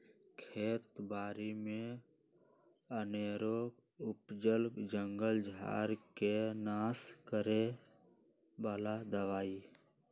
खेत बारि में अनेरो उपजल जंगल झार् के नाश करए बला दबाइ